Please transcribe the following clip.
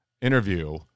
interview